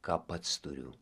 ką pats turiu